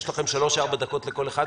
יש לכם שלוש ארבע דקות לכל אחד.